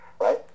right